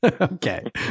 okay